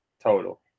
Total